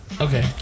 Okay